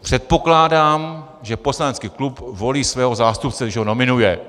Předpokládám, že poslanecký klub volí svého zástupce, když ho nominuje.